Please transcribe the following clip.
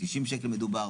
90 שקל מדובר.